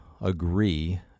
agree